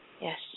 yes